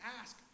ask